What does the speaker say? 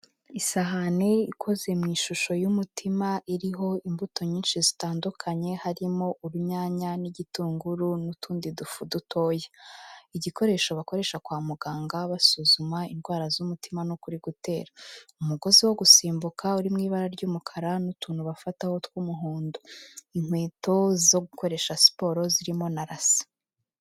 Isahane ikoze mu ishusho y'umutima, iriho imbuto nyinshi zitandukanye harimo urunyanya n'igitunguru n'utundi dufu dutoya, igikoresho bakoresha kwa muganga basuzuma indwara z'umutima n'uko uri gutera, umugozi wo gusimbuka uri mu ibara ry'umukara n'utuntu bafataho tw'umuhondo, inkweto zo gukoresha siporo zirimo na rase.